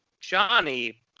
Johnny